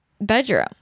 bedroom